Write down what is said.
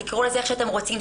תקראו לזה איך שאתם רוצים,